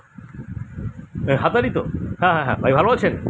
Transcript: এ হাতারি তো হ্যাঁ হ্যাঁ হ্যাঁ ভাই ভালো আছেন